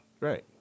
Right